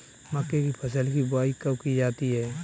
मक्के की फसल की बुआई कब की जाती है?